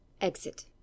Exit